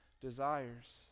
desires